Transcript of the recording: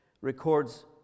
records